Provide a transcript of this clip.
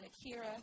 Akira